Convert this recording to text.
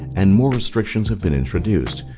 and more restrictions have been introduced.